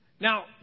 Now